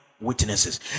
Witnesses